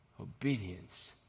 obedience